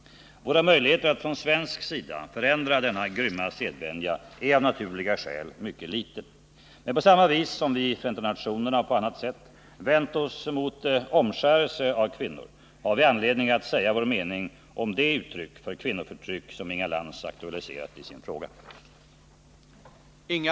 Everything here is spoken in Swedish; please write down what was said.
Våra möjligheter att från svensk sida förändra denna grymma sedvänja är av naturliga skäl mycket små. Men på samma sätt som vi i FN och på annat sätt vänt oss mot omskärelse av kvinnor har vi ju anledning att säga vår mening om det uttryck för kvinnoförtryck som Inga Lan: aktualiserat i sin fråga.